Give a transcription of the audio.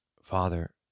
Father